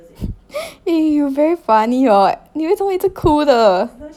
eh you very funny hor 你为什么一直哭的